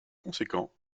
conséquent